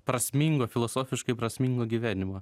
prasmingo filosofiškai prasmingo gyvenimo